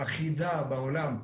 אחידה בעולם,